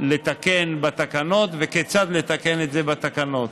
לתקן בתקנות, וכיצד לתקן את זה בתקנות.